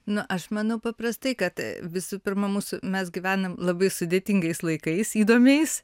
na aš manau paprastai kad visų pirma mūsų mes gyvenam labai sudėtingais laikais įdomiais